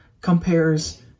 compares